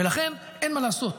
ולכן אין מה לעשות.